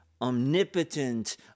omnipotent